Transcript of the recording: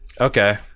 Okay